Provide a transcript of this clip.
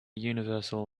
universal